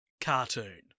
cartoon